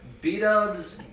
B-dubs